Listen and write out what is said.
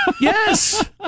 Yes